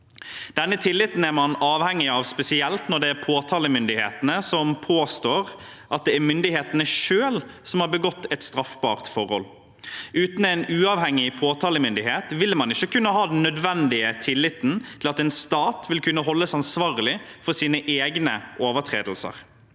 Denne tilliten er man avhengig av, spesielt når det er påtalemyndigheten som påstår at det er myndighetene selv som har begått et straffbart forhold. Uten en uavhengig påtalemyndighet ville man ikke kunne ha den nødvendige tilliten til at en stat vil kunne holdes ansvarlig for sine egne overtredelser.